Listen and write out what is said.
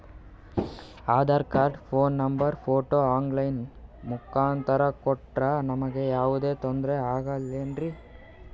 Aadhaar card, phone number, photo online ಮುಖಾಂತ್ರ ಕೊಟ್ರ ನಮಗೆ ಯಾವುದೇ ತೊಂದ್ರೆ ಆಗಲೇನ್ರಿ?